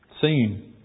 seen